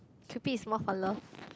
Cupid is more for love